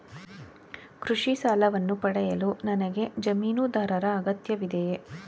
ಕೃಷಿ ಸಾಲವನ್ನು ಪಡೆಯಲು ನನಗೆ ಜಮೀನುದಾರರ ಅಗತ್ಯವಿದೆಯೇ?